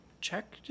check